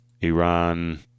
Iran